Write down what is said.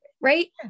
right